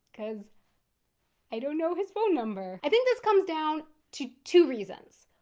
because i don't know his phone number. i think this comes down to two reasons.